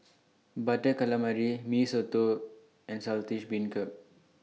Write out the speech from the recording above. Butter Calamari Mee Soto and Saltish Beancurd